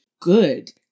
good